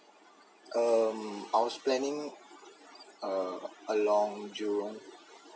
um I was planning along jurong